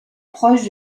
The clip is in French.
proche